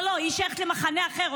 לא, לא, היא שייכת למחנה אחר.